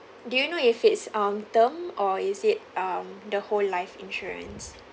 do you know if it's um term or is it um the whole life insurance